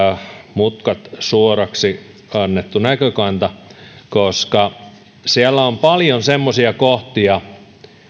mutkat suoraksi pannut näkökanta koska siellä on paljon semmoisia kohtia